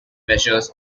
measures